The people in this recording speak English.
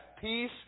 peace